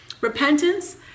Repentance